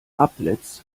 applets